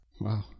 Wow